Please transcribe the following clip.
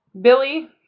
Billy